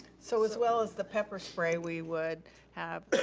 so as well as the pepper spray, we would have